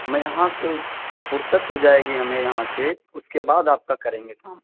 میں یہاں سے فرصت ہو جائے گی ہمیں یہاں سے اس کے بعد آپ کا کریں گے کام